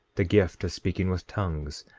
the gift of speaking with tongues,